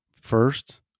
first